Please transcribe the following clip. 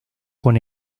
con